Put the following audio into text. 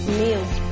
meals